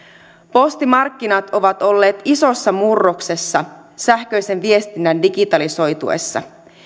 postimarkkinat ovat olleet isossa murroksessa sähköisen viestinnän digitalisoituessa